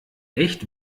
echt